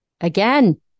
Again